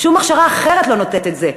שום הכשרה אחרת לא נותנת את זה.